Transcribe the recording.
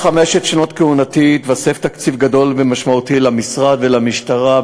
בחמש שנות כהונתי התווסף תקציב גדול ומשמעותי למשרד ולמשטרה,